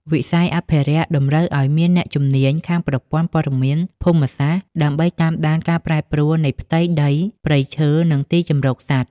វិស័យអភិរក្សតម្រូវឱ្យមានអ្នកជំនាញខាងប្រព័ន្ធព័ត៌មានភូមិសាស្ត្រ ដើម្បីតាមដានការប្រែប្រួលនៃផ្ទៃដីព្រៃឈើ និងទីជម្រកសត្វ។